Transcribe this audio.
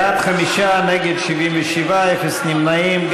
בעד, 5, נגד, 77, אפס נמנעים.